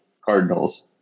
Cardinals